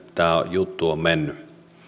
tämä juttu on mennyt